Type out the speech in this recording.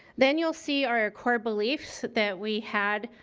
then you'll see our core beliefs that we had